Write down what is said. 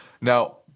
Now